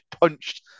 punched